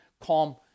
calm